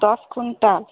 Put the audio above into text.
ଦଶ କୁଇଣ୍ଟାଲ୍